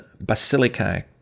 Basilica